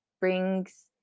brings